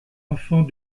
enfants